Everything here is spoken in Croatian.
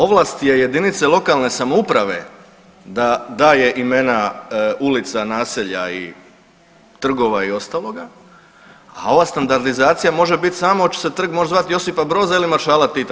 Ovlast je jedinice lokalne samouprave da daje imena ulica, naselja i trgova i ostaloga, a ova standardizacija može biti samo hoće li se trg moći zvati Josipa Broza ili maršala Tita.